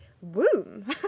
womb